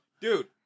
Dude